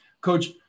coach